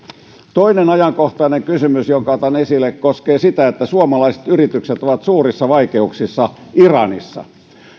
toinen ajankohtainen kysymys jonka otan esille koskee sitä että suomalaiset yritykset ovat suurissa vaikeuksissa iranissa